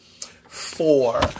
four